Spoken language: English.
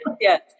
yes